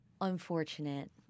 unfortunate